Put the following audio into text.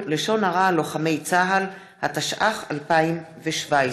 התשע"ח 2017,